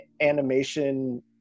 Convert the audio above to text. animation